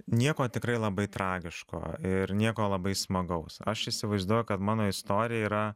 nieko tikrai labai tragiško ir nieko labai smagaus aš įsivaizduoju kad mano istorija yra